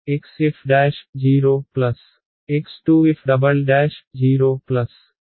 కాబట్టిfxf'x2f"